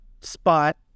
spot